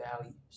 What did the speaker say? values